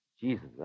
Jesus